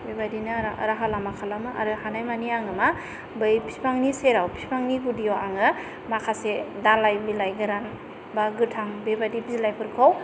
बेबादिनो राहा लामा खालामो आरो हानाय मानि आङो मा बै बिफांनि सेराव बिफांनि गुदियाव आङो माखासे दालाइ बिलाइ गोरान बा गोथां बेबादि बिलाइफोरखौ